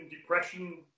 depression